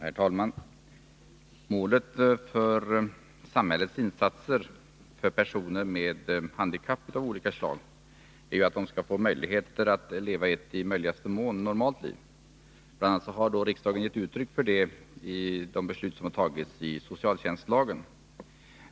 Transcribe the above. Herr talman! Målet för samhällets insatser för personer med handikapp av olika slag är ju att de skall få förutsättningar att leva ett i möjligaste mån normalt liv. Bl. a. har riksdagen gett uttryck för det i de beslut som tagits när det gäller socialtjänstlagen.